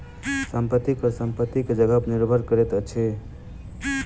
संपत्ति कर संपत्ति के जगह पर निर्भर करैत अछि